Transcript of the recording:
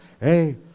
Hey